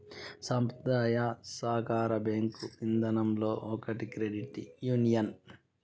సంప్రదాయ సాకార బేంకు ఇదానంలో ఒకటి క్రెడిట్ యూనియన్